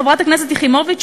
חברת הכנסת יחימוביץ,